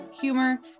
humor